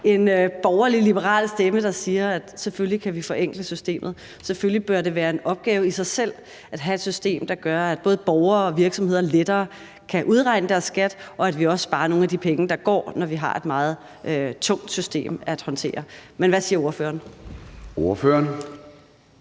en borgerlig-liberal stemme, der siger, at vi selvfølgelig kan forenkle systemet, og at det selvfølgelig bør være en opgave i sig selv at have et system, der gør, at både borgere og virksomheder lettere kan udregne deres skat, og at vi også sparer nogle af de penge, der går til det, når vi har et meget tungt system at håndtere. Men hvad siger ordføreren? Kl.